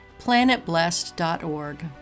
PlanetBlessed.org